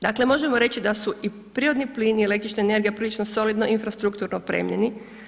Dakle, možemo reći da su i prirodni plin i električna energija prilično solidno infrastrukturno opremljeni.